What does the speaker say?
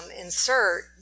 insert